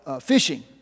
fishing